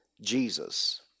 Jesus